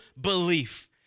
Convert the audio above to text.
belief